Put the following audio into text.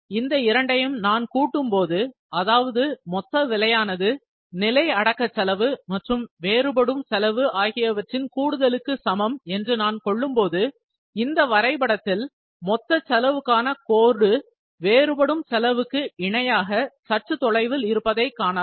இந்த இரண்டையும் நான் கூட்டும்போது அதாவது மொத்த விலையானது நிலை அடக்க செலவு மற்றும் வேறுபடும் செலவு ஆகியவற்றின் கூடுதலுக்கு சமம் என்று கொள்ளும்போது இந்த வரைபடத்தில் மொத்த செலவுக்கான கோடு வேறுபடும் செலவுக்கு இணையாக சற்று தொலைவில் இருப்பதை காணலாம்